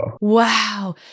Wow